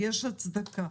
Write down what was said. יש לכך הצדקה.